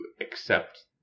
accept